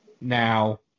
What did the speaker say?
Now